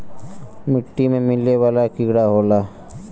मिट्टी में मिले वाला कीड़ा होला